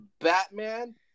Batman